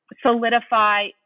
solidify